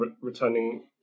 returning